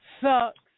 sucks